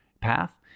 path